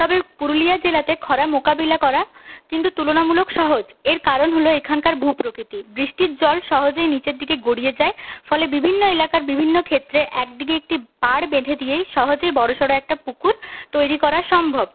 তবে পুরুলিয়া জেলাতে খরা মোকাবিলা করা কিন্তু তুলনামূলক সহজ এর কারণ হল এখানকার ভূপ্রকৃতি বৃষ্টির জল সহজেই নীচের দিকে গড়িয়ে যায় ফলে বিভিন্ন এলাকার বিভিন্ন ক্ষেত্রে একদিকে একটি পার বেঁধে দিয়েই সহজে বড়ো সড়ো একটা পুকুর তৈরি করা সম্ভব